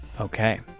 Okay